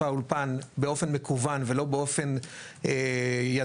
האולפן באופן מקוון ולא באופן ידני,